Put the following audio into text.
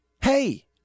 hey